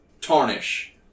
tarnish